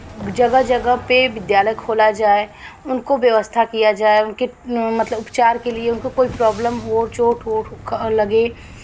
जगह जगह पे विद्यालय खोला जाय उनको व्यवस्था किया जाय उनके मतलब उपचार के लिए उनको कोई प्रॉब्लम हो चोट हो लगे